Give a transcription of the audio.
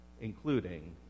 including